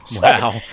wow